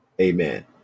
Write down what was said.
Amen